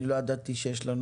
לא ידעתי שיש לנו